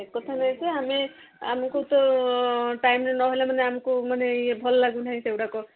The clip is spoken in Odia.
ସେ କଥା ନାହିଁ ଯେ ଆମେ ଆମକୁ ତ ଟାଇମ୍ରେ ନହେଲେ ମାନେ ଆମକୁ ମାନେ ଇଏ ଭଲ ଲାଗୁନାହିଁ ସେଗୁଡ଼ାକ